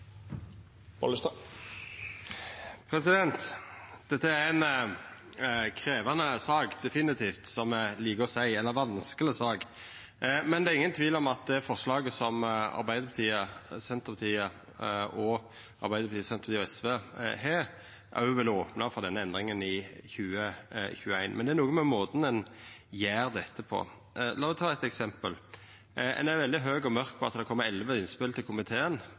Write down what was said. hørt. Dette er definitivt ei krevjande sak, som eg likar å seia, eller vanskeleg sak. Det er ingen tvil om at det forslaget som Arbeidarpartiet, Senterpartiet og SV har, òg vil opna for denne endringa i 2021, men det er noko med måten ein gjer dette på. Lat meg ta eitt eksempel. Ein er veldig høg og mørk på at det er kome elleve innspel til komiteen.